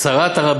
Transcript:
כן.